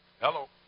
Hello